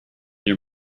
your